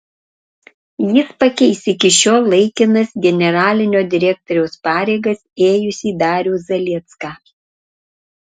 jis pakeis iki šiol laikinas generalinio direktoriaus pareigas ėjusį darių zaliecką